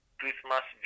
Christmas